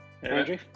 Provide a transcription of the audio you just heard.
Andrew